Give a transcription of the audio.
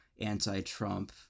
anti-Trump